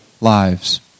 lives